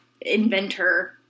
inventor